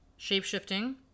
Shape-shifting